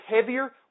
heavier